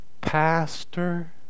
Pastor